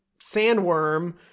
sandworm